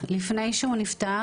עשרה ימים לפני שהוא נפטר,